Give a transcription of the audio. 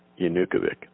Yanukovych